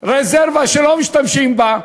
רזרבה שלא משתמשים בה.